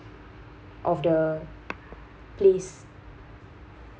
of the place